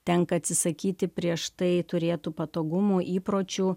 tenka atsisakyti prieš tai turėtų patogumų įpročių